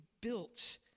built